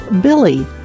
Billy